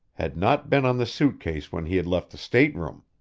had not been on the suit case when he had left the stateroom.